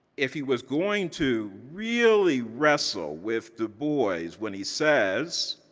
if he was going to really wrestle with du bois when he says,